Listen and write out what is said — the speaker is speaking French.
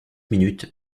minutes